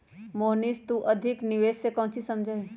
मोहनीश तू अधिक निवेश से काउची समझा ही?